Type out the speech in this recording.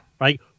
Right